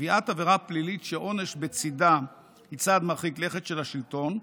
קביעת עבירה פלילית שעונש בצידה היא צעד מרחיק לכת של השלטון,